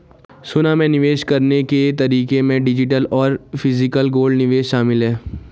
सोना में निवेश करने के तरीके में डिजिटल और फिजिकल गोल्ड निवेश शामिल है